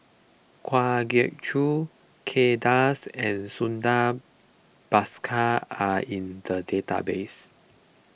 Kwa Geok Choo Kay Das and Santha Bhaskar are in the database